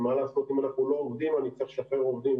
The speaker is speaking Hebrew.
אם אנחנו לא עובדים אני אצטרך לשחרר עובדים,